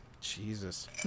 Jesus